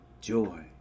joy